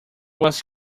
was